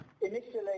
initially